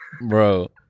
Bro